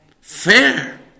fair